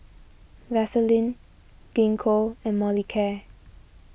Vaselin Gingko and Molicare